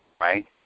right